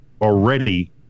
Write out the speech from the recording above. already